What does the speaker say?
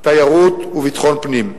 תיירות וביטחון פנים.